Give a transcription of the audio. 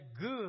good